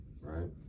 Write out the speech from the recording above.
right